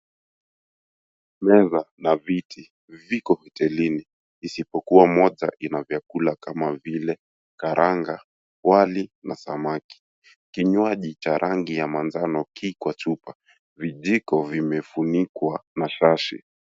Meza na viti viko hotelini, isipokuwa moja ina vyakula kama vile karanga, wali na samaki. Kinywaji cha rangi ya manjano ki kwa chupa vijiko vimefunikwa na shashi.